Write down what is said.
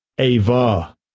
ava